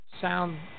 sound